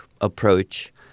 approach